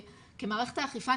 כמערכת האכיפה,